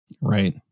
right